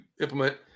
implement